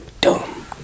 dumb